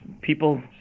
people